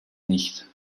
nicht